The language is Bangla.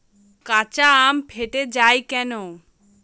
কাঁচা আম ফেটে য়ায় কেন?